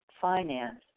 finance